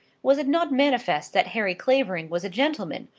was it not manifest that harry clavering was a gentleman,